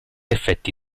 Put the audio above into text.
effetti